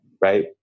right